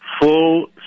full